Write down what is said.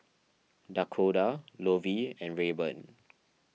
Dakoda Lovie and Rayburn